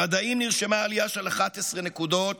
במדעים נרשמה עלייה של 11 נקודות